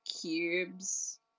cubes